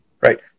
Right